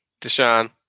Deshaun